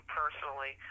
personally